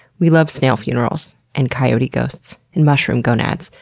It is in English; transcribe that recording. we love snail funerals, and coyote ghosts, and mushroom gonads.